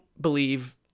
believe